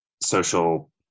social